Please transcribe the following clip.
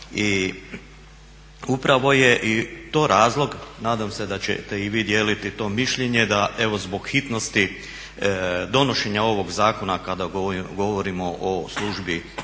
I upravo je i to razlog, nadam se da ćete i vid dijeliti to mišljenje da evo zbog hitnosti donošenja ovog zakona kada govorimo o službi